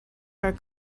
are